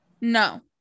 no